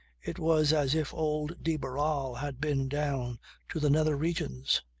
it was as if old de barral had been down to the nether regions.